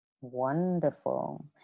wonderful